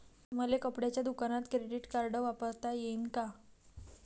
मले कपड्याच्या दुकानात क्रेडिट कार्ड वापरता येईन का?